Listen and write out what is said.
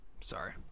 Sorry